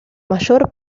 mayor